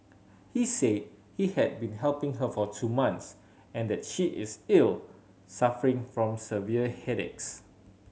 he said he had been helping her for two months and that she is ill suffering from severe headaches